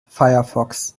firefox